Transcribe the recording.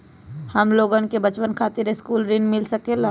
हमलोगन के बचवन खातीर सकलू ऋण मिल सकेला?